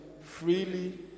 freely